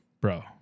Bro